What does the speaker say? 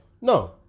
No